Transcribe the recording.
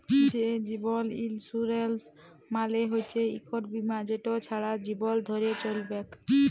যে জীবল ইলসুরেলস মালে হচ্যে ইকট বিমা যেট ছারা জীবল ধ্যরে চ্যলবেক